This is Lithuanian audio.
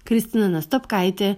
kristina nastopkaitė